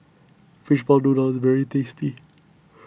Fishball Noodle is very tasty